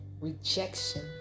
rejection